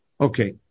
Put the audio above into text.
Okay